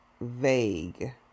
vague